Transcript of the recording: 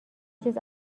چیز